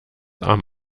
arm